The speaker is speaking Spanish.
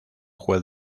juez